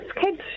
kids